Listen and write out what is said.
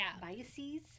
Biases